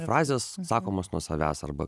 frazės sakomos nuo savęs arba